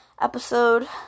episode